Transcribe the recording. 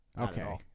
Okay